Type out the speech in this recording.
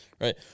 right